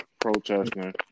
protesting